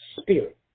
spirit